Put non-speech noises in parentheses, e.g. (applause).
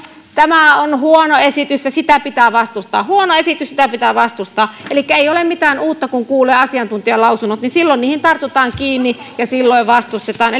tämä on huono esitys ja sitä pitää vastustaa huono esitys ja sitä pitää vastustaa elikkä ei ole mitään uutta siinä että kun kuulee asiantuntijalausunnot niin silloin niihin tartutaan kiinni ja silloin vastustetaan (unintelligible)